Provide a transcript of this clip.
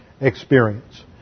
experience